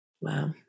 Wow